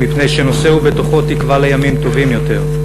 מפני שנושא הוא בתוכו תקווה לימים טובים יותר.